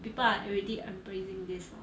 people are already embracing this lor